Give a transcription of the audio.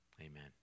Amen